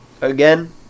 again